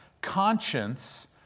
Conscience